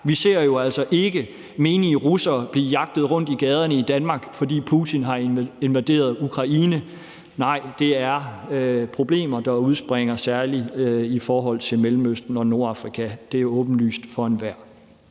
Vi ser jo altså ikke menige russere blive jagtet rundt i gaderne i Danmark, fordi Putin har invaderet Ukraine. Nej, det er problemer, der udspringer særlig i forhold til Mellemøsten og Nordafrika. Det er åbenlyst for enhver.